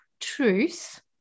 truth